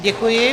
Děkuji.